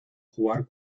jugar